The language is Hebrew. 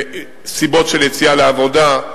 מסיבות של יציאה לעבודה,